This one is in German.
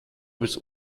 bis